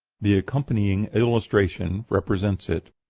the accompanying illustration represents it.